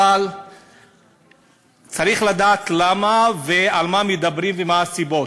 אבל צריך לדעת למה, ועל מה מדברים ומה הסיבות.